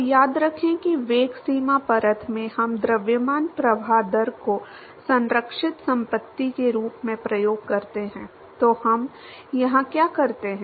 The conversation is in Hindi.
तो याद रखें कि वेग सीमा परत में हम द्रव्यमान प्रवाह दर को संरक्षित संपत्ति के रूप में उपयोग करते हैं तो हम यहां क्या करते हैं